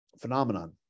phenomenon